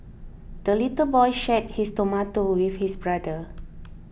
the little boy shared his tomato with his brother